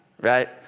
Right